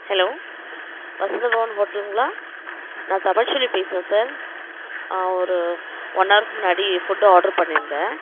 hello Vasantha Bhavan ஹோட்டலுங்களா நான் தமிழ்செல்வி பேசுகிறேன் சார் ஒரு ஒன் ஹார்க்கு முன்னாடி ஃபுட்டு ஆர்ட்ரு பண்ணியிருந்தேன்